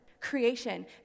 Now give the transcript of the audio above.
creation